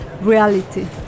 reality